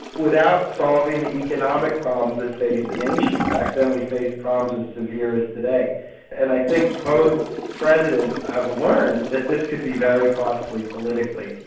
without solving the economic problems that face the nation. back then we faced problems as severe as today and i think both presidents have learned that this could be very costly politically.